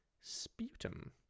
sputum